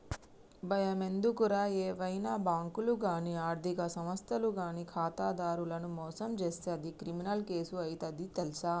బయమెందుకురా ఏవైనా బాంకులు గానీ ఆర్థిక సంస్థలు గానీ ఖాతాదారులను మోసం జేస్తే అది క్రిమినల్ కేసు అయితది తెల్సా